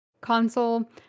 console